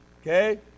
okay